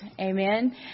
Amen